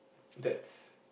that's